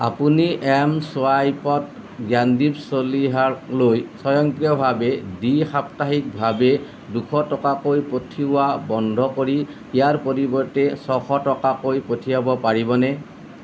আপুনি এম ছুৱাইপত জ্ঞানদীপ চলিহালৈ স্বয়ংক্ৰিয়ভাৱে দ্বি সাপ্তাহিকভাৱে দুশ টকাকৈ পঠিওৱা বন্ধ কৰি ইয়াৰ পৰিৱৰ্তে ছশ টকাকৈ পঠিয়াব পাৰিবনে